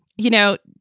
you know,